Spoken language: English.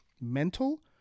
mental